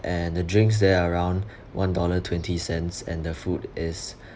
and the drinks there are around one dollar twenty cents and the food is